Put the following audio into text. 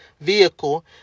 vehicle